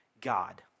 God